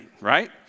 right